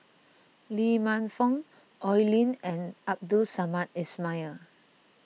Lee Man Fong Oi Lin and Abdul Samad Ismail